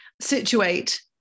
situate